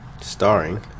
Starring